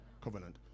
Covenant